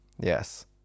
yes